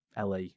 la